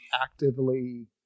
actively